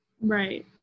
Right